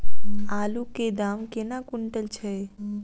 आलु केँ दाम केना कुनटल छैय?